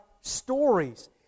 stories